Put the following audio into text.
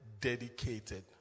dedicated